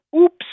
Oops